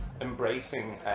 embracing